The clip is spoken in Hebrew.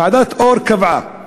ועדת אור קבעה